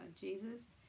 jesus